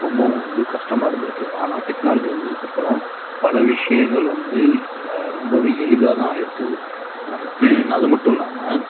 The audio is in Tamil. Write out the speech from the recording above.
ரொம்பவும் வந்து கஷ்டமாக இருந்துருக்கு ஆனால் டெக்னாலஜி வந்ததுக்கு அப்புறம் பல விஷயங்கள் வந்து ரொம்பவே எளிதாக தான் ஆகிருக்குது அது மட்டும் இல்லாமல்